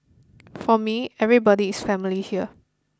for me everybody is family here